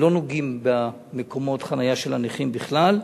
לא נוגעים במקומות החנייה של הנכים בכלל.